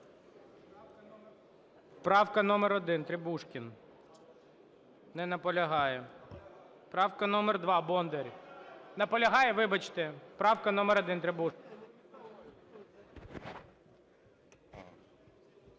Правка номер 1, Требушкін. Не наполягає. Правка номер 2, Бондар. Наполягає. Вибачте, правка номер 1, Требушкін.